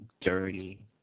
dirty